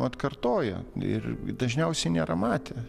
atkartoja ir dažniausiai nėra matę